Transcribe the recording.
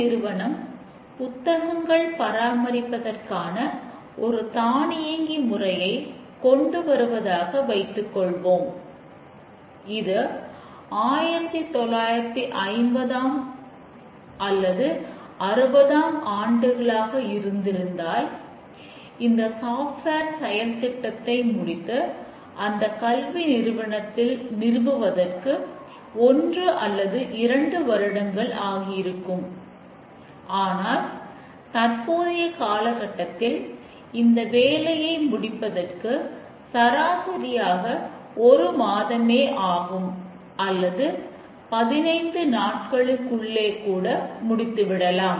நீங்கள் ப்ரோக்ராமை எதிர்பார்த்தபடி செயல்படுகிறதா என்பதை சரி பார்க்கிறோம்